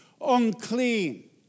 unclean